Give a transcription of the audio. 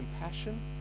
compassion